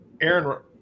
Aaron –